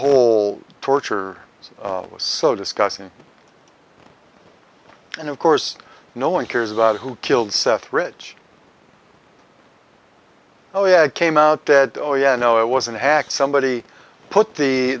whole torture was so disgusting and of course no one cares about who killed seth rich oh yeah it came out that oh yeah no it was an act somebody put the